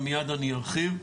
אבל מיד אני ארחיב.